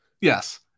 Yes